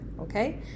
okay